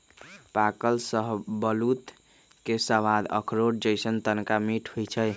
पाकल शाहबलूत के सवाद अखरोट जइसन्न तनका मीठ होइ छइ